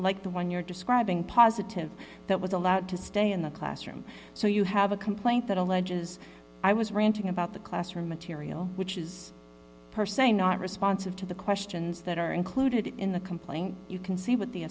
like the one you're describing positive that was allowed to stay in the classroom so you have a complaint that alleges i was ranting about the classroom material which is per se not responsive to the questions that are included in the complaint you can see what the